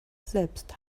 selbst